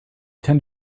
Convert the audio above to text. tend